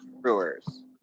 Brewers